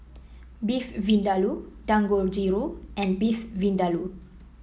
Beef Vindaloo Dangojiru and Beef Vindaloo